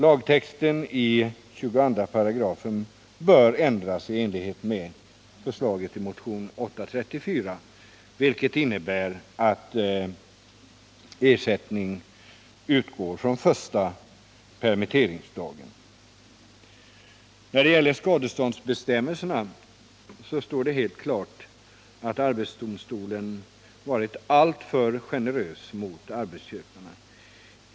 Lagtexten i 218 bör ändras i enlighet med förslaget i motionen 834, vilket innebär att ersättning utgår från första permitteringsdagen. När det gäller skadeståndsbestämmelserna står det helt klart att arbetsdomstolen varit alltför generös mot arbetsköparna.